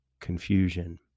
confusion